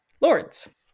lords